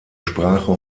sprache